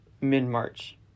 mid-March